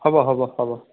হ'ব হ'ব হ'ব